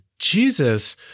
Jesus